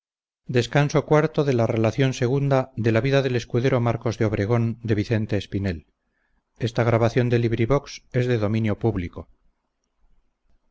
objeto la donosa narración de las aventuras del escudero marcos de obregón